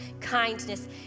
kindness